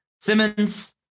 Simmons